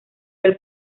del